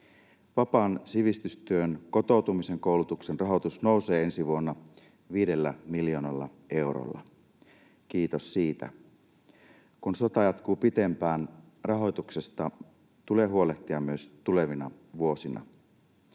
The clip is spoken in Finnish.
Vapaan sivistystyön kotoutumisen koulutuksen rahoitus nousee ensi vuonna viidellä miljoonalla eurolla — kiitos siitä. Kun sota jatkuu pitempään, rahoituksesta tulee huolehtia myös tulevina vuosina.